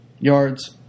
yards